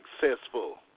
successful